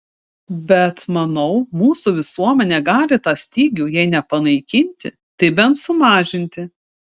bet manau mūsų visuomenė gali tą stygių jei ne panaikinti tai bent sumažinti